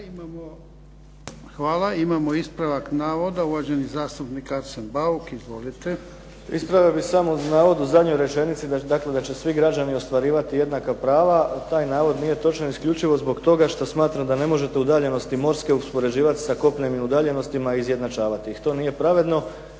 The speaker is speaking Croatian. Hvala. Imamo ispravak navoda, uvaženi zastupnik Arsen Bauk. Izvolite. **Bauk, Arsen (SDP)** Ispravio bih samo navod u zadnjoj rečenici, dakle da će svi građani ostvarivati jednaka prava. Taj navod nije točan isključivo zbog toga što smatram da ne možete udaljenosti morske uspoređivati sa kopnenim udaljenostima i izjednačavati ih. To nije pravedno,